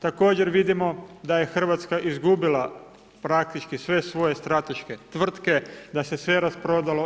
Također vidimo da je RH izgubila praktički sve svoje strateške tvrtke, da se sve rasprodalo.